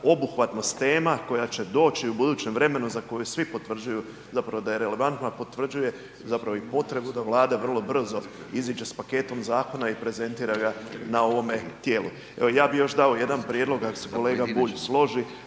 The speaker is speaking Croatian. obuhvatnost tema koja će doći u budućem vremenu za koje svi potvrđuju da je relevantna, potvrđuje i potrebu da Vlada vrlo brzo iziđe s paketom zakona i prezentira ga na ovome tijelu. Evo ja bih dao još jedan prijedloga ako se kolega Bulj složi,